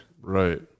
Right